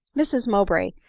mrs mowbray,